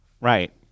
right